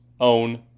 own